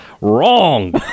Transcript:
Wrong